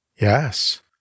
Yes